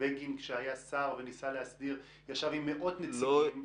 ובגין כשהיה שר וניסה להסדיר ישב עם מאות נציגים.